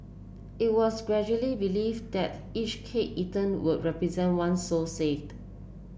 it was gradually believed that each cake eaten would represent one soul saved